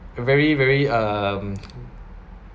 very very um